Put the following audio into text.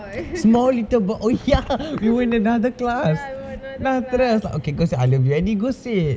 small little boy oh ya you were in another class then after that I was like okay go say I love you and you go say